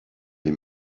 les